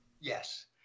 Yes